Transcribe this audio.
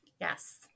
Yes